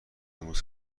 امروز